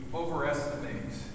overestimate